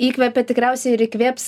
įkvepia tikriausiai ir įkvėps